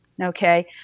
okay